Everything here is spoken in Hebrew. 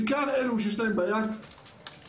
בעיקר לאלה שיש להם בעיית ניידות,